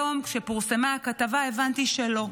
היום, כשפורסמה הכתבה, הבנתי שלא.